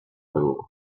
verlor